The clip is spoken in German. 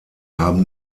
haben